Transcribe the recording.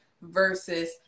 versus